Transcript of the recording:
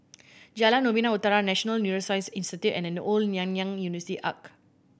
Jalan Novena Utara National Neuroscience Institute and The Old Nanyang University Arch